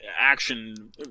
action